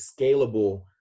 scalable